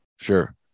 Sure